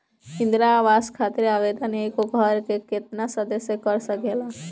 इंदिरा आवास खातिर आवेदन एगो घर के केतना सदस्य कर सकेला?